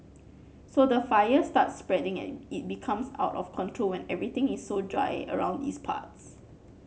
so the fire starts spreading and it becomes out of control and everything is so dry around its parts